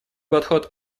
подход